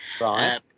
Right